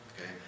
Okay